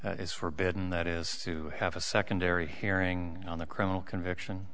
what is forbidden that is to have a secondary hearing on the criminal conviction